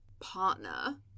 partner